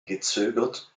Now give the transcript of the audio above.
gezögert